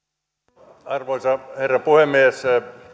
arvoisa arvoisa herra puhemies